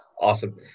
Awesome